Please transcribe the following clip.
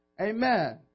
Amen